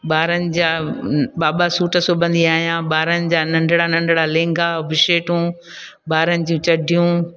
ॿारनि जा बा बा सुट सिबंदी आहियां ॿारनि जा नंढड़ा नंढड़ा लहेंगा बुशेटूं ॿारनि जूं चड्डियूं